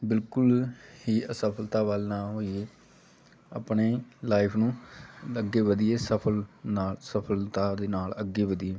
ਬਿਲਕੁਲ ਹੀ ਅਸਫਲਤਾ ਵੱਲ ਨਾ ਹੋਈਏ ਆਪਣੇ ਲਾਈਫ ਨੂੰ ਅੱਗੇ ਵਧੀਏ ਸਫਲ ਨਾਲ ਸਫਲਤਾ ਦੇ ਨਾਲ ਅੱਗੇ ਵਧੀਏ